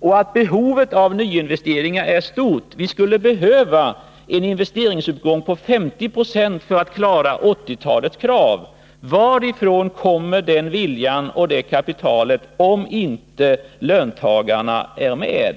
och att behovet av nyinvesteringar är stort? Vi skulle behöva en investeringsuppgång på 50 9o för att klara 1980-talets krav. Varifrån kommer den viljan och det kapitalet, om inte löntagarna är med?